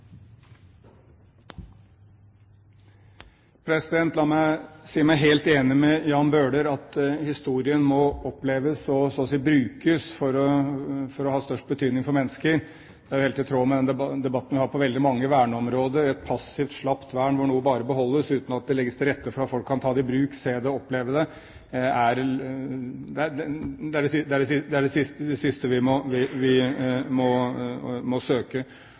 si meg helt enig med Jan Bøhler i at historien må oppleves og så å si brukes for å ha størst betydning for mennesker. Det er helt i tråd med den debatten vi har på veldig mange verneområder – et passivt, slapt vern hvor noe bare beholdes uten at det legges til rette for at folk kan ta det i bruk, se det og oppleve det, er det siste vi må søke. Og for øyeblikket står Oslos og Norges befolknings opplevelse av Bjørvika veldig langt tilbake i forhold til hva vi